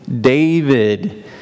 david